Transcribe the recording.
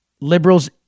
liberals